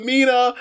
Mina